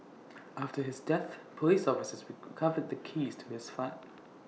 after his death Police officers recovered the keys to his flat